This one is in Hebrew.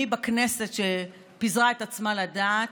מי בכנסת שפיזרה את עצמה לדעת,